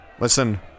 listen